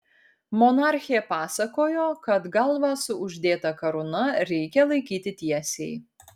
monarchė pasakojo kad galvą su uždėta karūna reikia laikyti tiesiai